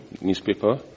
newspaper